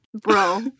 bro